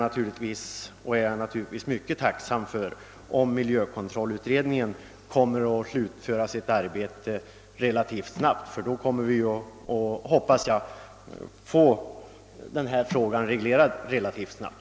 Jag är naturligtvis mycket tacksam för beskedet att miljökontrollutredningens arbete väntas vara slutfört inom relativt kort tid. Därmed hoppas jag att denna fråga kommer att kunna regleras snabbt.